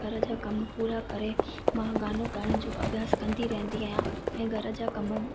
घर जा कमु पूरा करे मां गानो ॻाइण जो अभ्यास कंदी रहंदी आहियां ऐं घर जा कमु